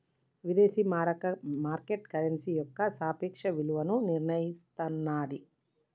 విదేశీ మారక market currency యొక్క సాపేక్ష విలువను నిర్ణయిస్తన్నాది